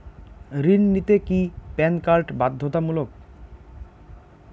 ঋণ নিতে কি প্যান কার্ড বাধ্যতামূলক?